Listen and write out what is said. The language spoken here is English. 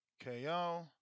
KO